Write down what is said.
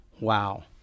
wow